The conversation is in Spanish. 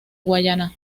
guayana